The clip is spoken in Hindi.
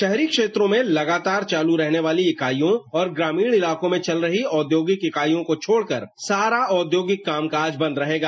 शहरी क्षेत्रों में लगातार चालू रहने वाली इकाइयों और ग्रामीण इलाकों में चल रही औद्योगिक इकाइयों को छोड़कर सारा औद्योगिक कामकाज बंद रहेगा